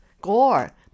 Gore